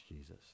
Jesus